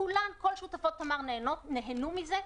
כל שותפות תמר נהנו מזה,